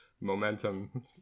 momentum